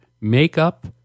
makeup